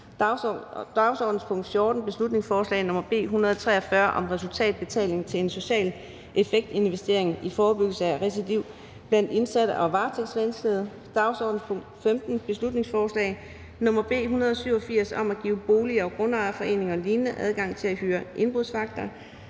dagsordenens punkt 14, beslutningsforslag nr. B 143 om resultatbetaling til en social effekt-investering i forebyggelse af recidiv blandt indsatte og varetægtsfængslede, dagsordenens punkt 15, beslutningsforslag nr. B 187 om at give bolig- og grundejerforeninger og lign. adgang til at hyre indbrudsvagter,